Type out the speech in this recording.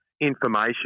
information